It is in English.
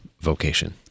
vocation